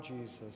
Jesus